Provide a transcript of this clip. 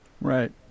right